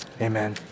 Amen